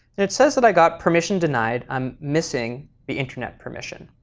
it says that i got permission denied. i'm missing the internet permission.